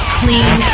clean